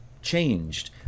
changed